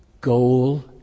goal